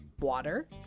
water